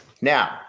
Now